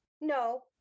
No